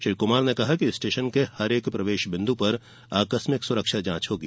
श्री कुमार ने कहा कि स्टेशन के प्रत्येक प्रवेश बिंदु पर आकस्मिक सुरक्षा जांच होगी